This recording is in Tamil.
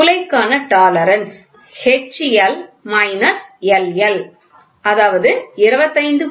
துளைக்கான டாலரன்ஸ் H